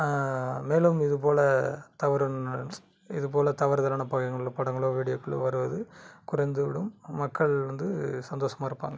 மேலும் இது போல் தவறு ந இது போல் தவறுதலான பட படங்களோ வீடியோக்களோ வருவது குறைந்து விடும் மக்கள் வந்து சந்தோஷமாக இருப்பாங்கள்